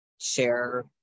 share